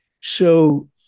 So-